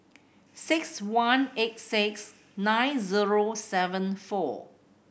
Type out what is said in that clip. six one eight six nine zero seven four